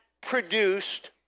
produced